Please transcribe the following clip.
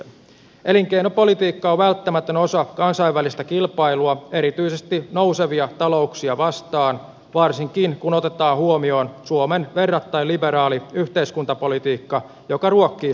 elinkeinopolitiikka on välttämätön osa kansainvälistä kilpailua erityisesti nousevia talouksia vastaan varsinkin kun otetaan huomioon suomen verrattain liberaali yhteiskuntapolitiikka joka ruokkii syrjäytymistä